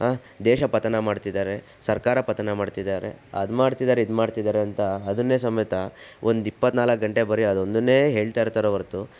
ದೇಶ ಪತನ ಮಾಡ್ತಿದ್ದಾರೆ ಸರ್ಕಾರ ಪತನ ಮಾಡ್ತಿದ್ದಾರೆ ಅದು ಮಾಡ್ತಿದ್ದಾರೆ ಇದು ಮಾಡ್ತಿದ್ದಾರೆ ಅಂತ ಅದನ್ನೇ ಸಮೇತ ಒಂದು ಇಪ್ಪತ್ತ್ನಾಲ್ಕು ಗಂಟೆ ಬರೀ ಅದೊಂದನ್ನೇ ಹೇಳ್ತಾಯಿರ್ತಾರೆ ಹೊರತು